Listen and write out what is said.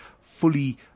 fully